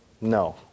No